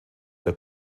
der